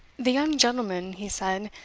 the young gentleman, he said,